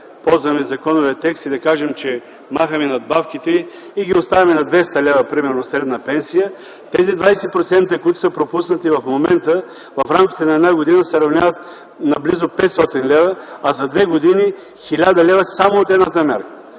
ползваме законовия текст и да кажем, че махаме надбавките и ги оставяме примерно на 200 лв. средна пенсия, тези 20%, които са пропуснати в момента в рамките на една година, се равняват на близо 500 лв., а за двете години са 1000 лв. само от едната мярка.